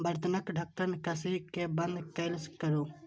बर्तनक ढक्कन कसि कें बंद कैल करू